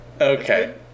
Okay